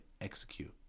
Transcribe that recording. Execute